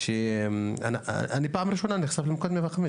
זו הפעם הראשונה שאני נחשף למוקד 105,